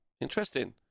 interesting